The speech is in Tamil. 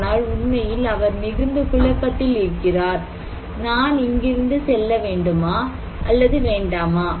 ஆனால் உண்மையில் அவர் மிகுந்த குழப்பத்தில் இருக்கிறார் நான் இங்கிருந்து செல்ல வேண்டுமா அல்லது வேண்டாமா